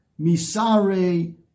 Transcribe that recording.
misare